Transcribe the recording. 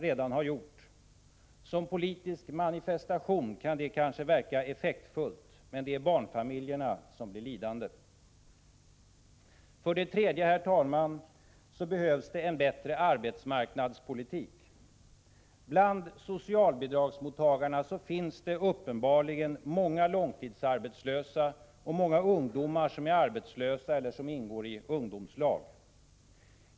Som politisk manifestation kan det kanske vara effektfullt, men det är barnfamiljerna som blir lidande. För det tredje, herr talman, behövs det en bättre arbetsmarknadspolitik. Bland socialbidragstagarna finns det uppenbarligen många långtidsarbetslösa och många ungdomar som är arbetslösa eller ingår i ungdomslag.